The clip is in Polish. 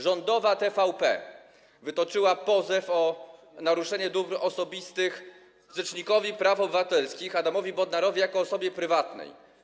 Rządowa TVP wytoczyła pozew o naruszenie dóbr osobistych rzecznikowi praw obywatelskich Adamowi Bodnarowi jako osobie prywatnej.